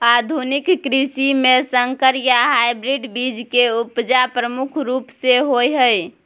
आधुनिक कृषि में संकर या हाइब्रिड बीज के उपजा प्रमुख रूप से होय हय